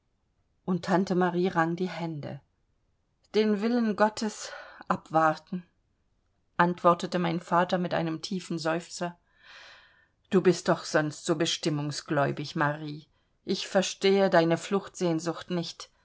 und tante marie rang die hände den willen gottes abwarten antwortete mein vater mit einem tiefen seufzer du bist doch sonst so bestimmungsgläubig marie ich verstehe deine fluchtsehnsucht nicht